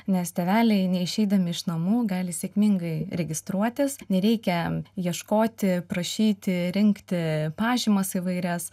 nes tėveliai neišeidami iš namų gali sėkmingai registruotis nereikia ieškoti prašyti rinkti pažymas įvairias